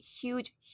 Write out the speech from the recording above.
huge